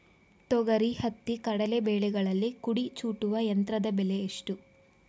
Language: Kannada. ತೊಗರಿ, ಹತ್ತಿ, ಕಡಲೆ ಬೆಳೆಗಳಲ್ಲಿ ಕುಡಿ ಚೂಟುವ ಯಂತ್ರದ ಬೆಲೆ ಎಷ್ಟು?